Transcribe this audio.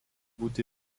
būti